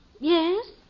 Yes